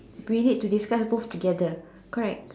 we need to discuss both together correct